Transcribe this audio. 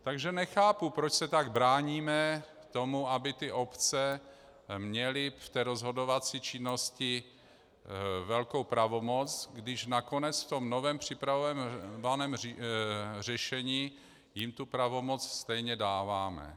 Takže nechápu, proč se tak bráníme tomu, aby obce měly v té rozhodovací činnosti velkou pravomoc, když nakonec v tom novém připravovaném řešení jim tu pravomoc stejně dáváme.